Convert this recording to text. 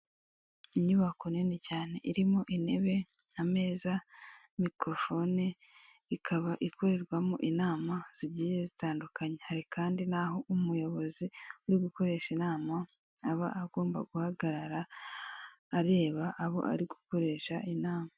Inyubako nini cyane irimo intebe, ameza, mikorofone; ikaba ikorerwamo inama zigiye zitandukanye; hari kandi n'aho umuyobozi uri gukoresha inama aba agomba guhagarara areba abo ari gukoresha inama.